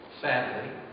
sadly